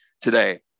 today